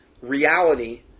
reality